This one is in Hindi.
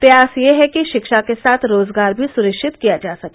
प्रयास यह है कि रिक्षा के साथ रोजगार भी सुनिश्चित कराया जा सके